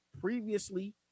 previously